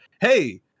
hey